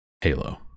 Halo